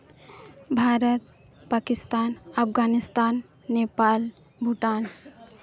Bharat Pakistan Afghanistan Nepal Bhutan